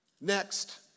Next